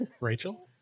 Rachel